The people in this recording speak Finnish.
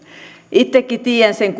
itsekin tiedän sen